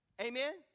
Amen